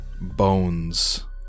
bones